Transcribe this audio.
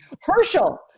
Herschel